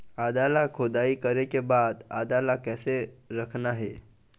आदा ला खोदाई करे के बाद आदा ला कैसे रखना हे?